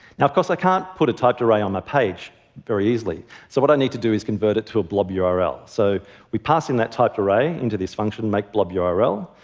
now, of course, i can't put a typed array on my page very easily, so what i need to do is convert it to a blob yeah url. so we parse in that typed array into this function, make blob yeah url,